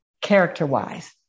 character-wise